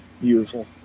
beautiful